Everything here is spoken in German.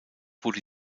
wurde